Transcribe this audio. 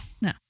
No